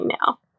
now